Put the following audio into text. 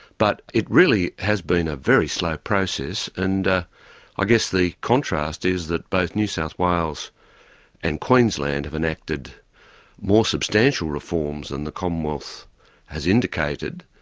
but it really has been a very slow process, and i guess the contrast is that both new south wales and queensland have enacted more substantial reforms than and the commonwealth has indicated,